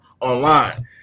online